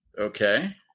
Okay